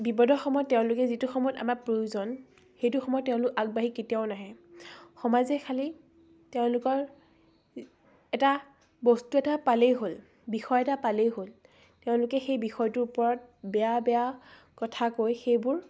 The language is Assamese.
বিপদৰ সময়ত তেওঁলোকে যিটো সময়ত আমাৰ প্ৰয়োজন সেইটো সময়ত তেওঁলোক আগবাঢ়ি কেতিয়াও নাহে সমাজে খালী তেওঁলোকৰ এ এটা বস্তু এটা পালেই হ'ল বিষয় এটা পালেই হ'ল তেওঁলোকে সেই বিষয়টোৰ ওপৰত বেয়া বেয়া কথা কৈ সেইবোৰ